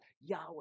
Yahweh